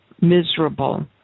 miserable